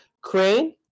crane